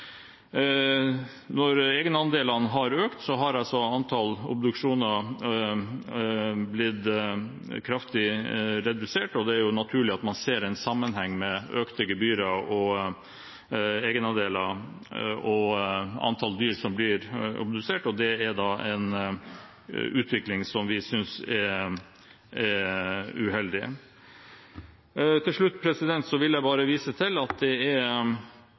Når egenandelene har økt, har antall obduksjoner blitt kraftig redusert, og det er jo naturlig at man ser en sammenheng mellom økte gebyrer og egenandeler og antall dyr som blir obdusert, og dette er en utvikling som vi synes er uheldig. Til slutt vil jeg bare vise til at det er